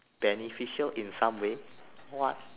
beneficial in some way what